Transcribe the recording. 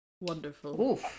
Wonderful